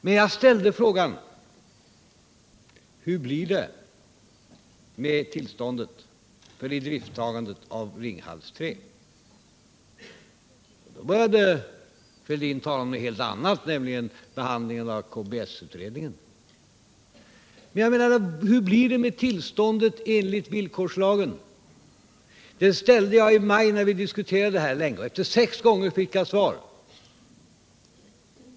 Men jag ställde frågan: Hur blir det med tillståndet för idrifttagandet av Ringhals 3? Då började Thorbjörn Fälldin tala om någonting helt annat, nämligen behandlingen av KBS-utredningen. Men hur blir det med tillståndet enligt villkorslagen? Den frågan ställde jag i debatten i maj. Efter sex gånger fick jag ett svar.